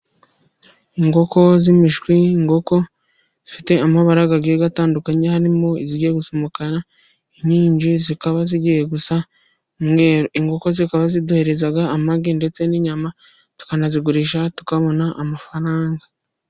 Inkoko z'imishwi, inkoko zifite amabara agiye atandukanye. Harimo izijya gusa umukara izindi zikaba zigiye gusa umweru. Inko zikaba ziduha amagi ndetse n'inyama, tukanazigurisha tukabona amafaranga.